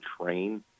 train